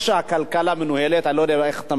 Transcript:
איך שהכלכלה מנוהלת, אני לא יודע איך אתה מרגיש,